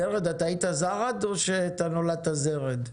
זרד, אתה היית זרד או שאתה נולדת זרד?